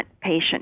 patient